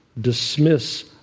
dismiss